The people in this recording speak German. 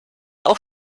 auch